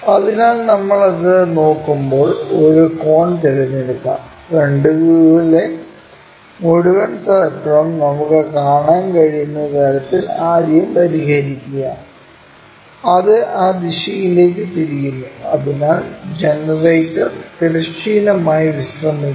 അതിനാൽ നമ്മൾ അത് നോക്കുമ്പോൾ ഒരു കോൺ തിരഞ്ഞെടുക്കാം ഫ്രണ്ട് വ്യൂവിലെ മുഴുവൻ സർക്കിളും നമുക്ക് കാണാൻ കഴിയുന്ന തരത്തിൽ ആദ്യം പരിഹരിക്കുക അത് ആ ദിശയിലേക്ക് തിരിയുന്നു അതിനാൽ ജനറേറ്റർ തിരശ്ചീനമായി വിശ്രമിക്കും